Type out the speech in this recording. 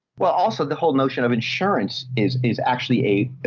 well, also the whole notion of insurance is, is actually a,